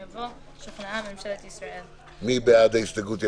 יבוא: 'שוכנעה ממשלת ישראל'." מי בעד ההסתייגות?